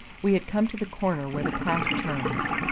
we had come to the corner where the path turns.